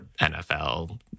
NFL